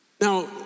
Now